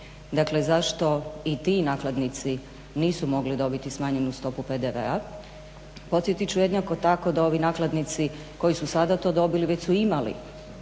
dakle, zašto i ti nakladnici nisu mogli dobiti smanjenu stopu PDV-a. Podsjetit ću jednako tako da ovi nakladnici koji su sada to dobili već su imali